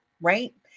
right